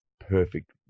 perfect